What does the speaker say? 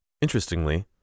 Interestingly